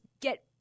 get –